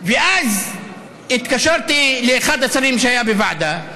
ואז התקשרתי לאחד השרים שהיו בוועדה,